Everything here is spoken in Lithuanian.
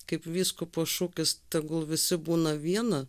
kaip vyskupo šūkis tegul visi būna viena